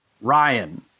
Ryan